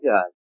God